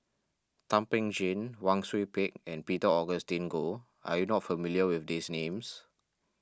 Thum Ping Tjin Wang Sui Pick and Peter Augustine Goh are you not familiar with these names